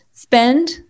Spend